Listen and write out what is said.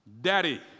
Daddy